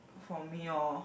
for me orh